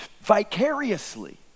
vicariously